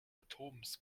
atoms